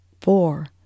four